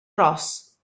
ros